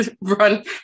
Run